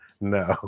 no